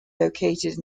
located